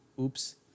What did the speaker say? Oops